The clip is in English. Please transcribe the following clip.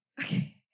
Okay